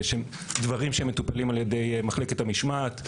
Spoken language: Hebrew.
דברים שמטופלים על ידי מחלקת המשמעת.